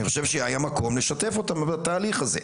אני חושב שהיה מקום לשתף בתהליך הזה.